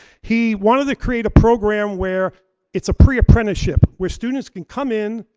he wanted to create a program where it's a pre-apprenticeship, where students can come in,